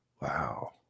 Wow